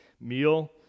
meal